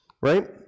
right